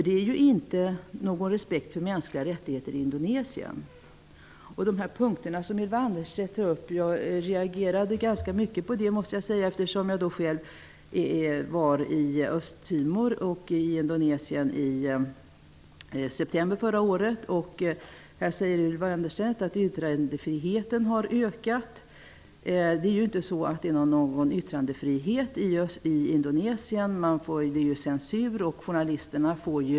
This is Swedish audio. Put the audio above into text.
Det råder ingen respekt för mänskliga rättigheter i Indonesien. Jag reagerade starkt på det Ylva Annerstedt tog upp eftersom jag själv besökte Östtimor och Indonesien i september förra året. Ylva Annerstedt säger att yttrandefriheten har ökat. Det råder ingen yttrandefrihet i Indonesien. Det är censur.